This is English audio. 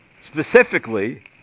Specifically